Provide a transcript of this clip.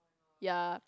ya